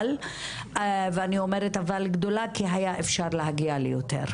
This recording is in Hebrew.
אבל היה אפשר להגיע ליותר.